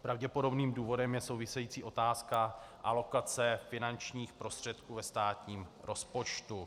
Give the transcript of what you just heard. Pravděpodobným důvodem je související otázka alokace finančních prostředků ve státním rozpočtu.